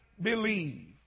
believe